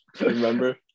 remember